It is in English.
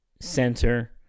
center